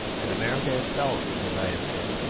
and america itself, as i have said,